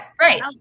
Right